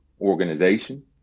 organization